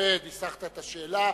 יפה ניסחת את השאלה.